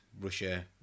Russia